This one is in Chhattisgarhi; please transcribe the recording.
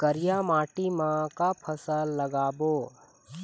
करिया माटी म का फसल लगाबो?